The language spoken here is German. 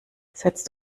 setzt